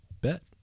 Bet